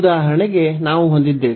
ಉದಾಹರಣೆಗೆ ನಾವು ಹೊಂದಿದ್ದೇವೆ